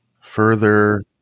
Further